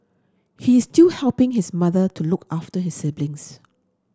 he is still helping his mother to look after his siblings